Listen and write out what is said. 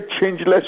changeless